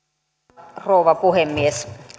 arvoisa rouva puhemies